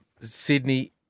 Sydney